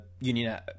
Union